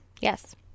yes